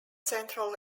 central